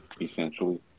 Essentially